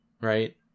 right